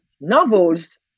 novels